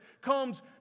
comes